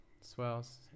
swells